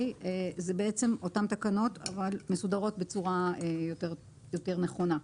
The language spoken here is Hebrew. מדובר באותן התקנות והן מסודרות בצורה יותר נכונה.